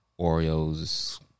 Oreos